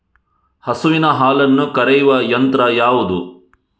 ಹಸುವಿನ ಹಾಲನ್ನು ಕರೆಯುವ ಯಂತ್ರ ಯಾವುದು?